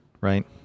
right